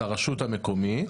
לרשות המקומית.